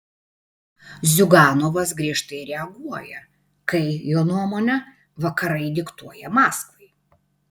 ziuganovas griežtai reaguoja kai jo nuomone vakarai diktuoja maskvai